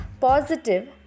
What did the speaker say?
positive